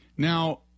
Now